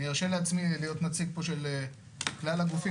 אני ארשה לעצמי להיות פה נציג של כלל הגופים